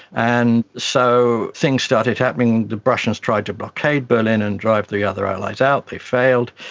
and so things started happening. the russians tried to blockade berlin and drive the other allies out, they failed,